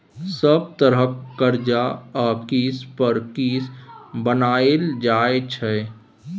सब तरहक करजा आ किस्त पर किस्त बनाएल जाइ छै